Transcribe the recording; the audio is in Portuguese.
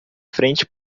frente